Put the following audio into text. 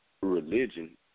religion